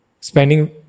spending